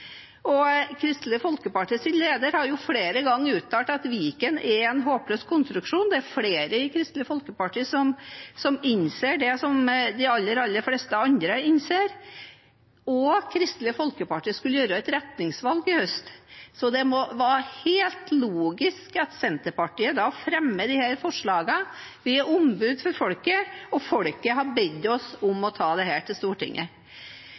Kristelig Folkepartis leder har flere ganger uttalt at Viken er en håpløs konstruksjon. Det er flere i Kristelig Folkeparti som innser det som de aller fleste andre innser, og Kristelig Folkeparti skulle gjøre et retningsvalg i høst. Det var helt logisk at Senterpartiet da fremmet disse forslagene. Vi er ombud for folket, og folket har bedt oss om å ta dette til Stortinget.